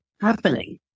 happening